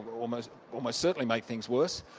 almost almost certainly make things worse.